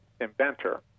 inventor